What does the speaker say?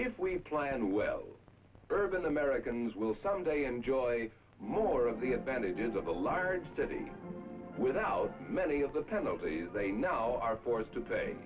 if we planned well urban americans will someday enjoy more of the advantages of a large city without many of the penalties they now are forced to pay